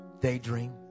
Daydream